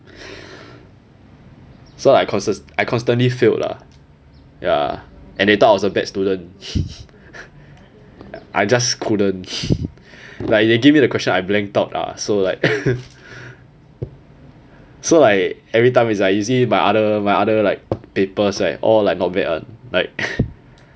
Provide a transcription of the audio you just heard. so like I constantly failed lah ya and they thought I was a bad student I just couldn't like they give me the question I blanked out lah so like so like everytime is like you see my other my other like papers right all like not bad [one] like